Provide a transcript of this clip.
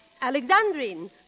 Alexandrine